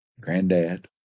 Granddad